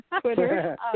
Twitter